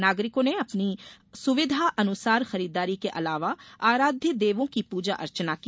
नागरिकों ने अपनी अपनी सुविधा अनुसार खरीददारी के अलावा आराध्य देवों की पूजा अर्चना की